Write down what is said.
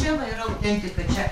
čia va yra autentika čia